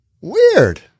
weird